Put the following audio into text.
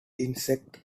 insects